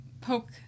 poke